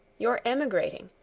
your emigrating.